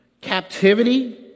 captivity